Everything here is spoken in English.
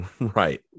right